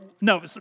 No